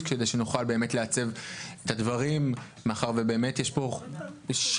כדי שנוכל באמת לעצב את הדברים מאחר שבאמת יש פה שינויי